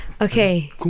Okay